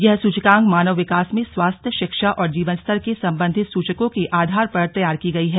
यह सूचकांक मानव विकास में स्वास्थ्य शिक्षा और जीवन स्तर के संबंधित सूचकों के आधार पर तैयार की गयी है